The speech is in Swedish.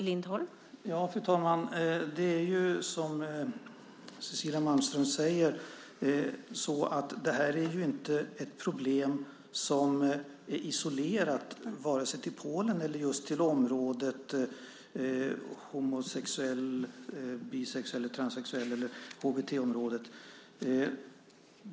Fru talman! Som Cecilia Malmström säger är det här inte ett problem som är isolerat vare sig till Polen eller just till området homosexuell, bisexuell eller transsexuell - eller HBT-området.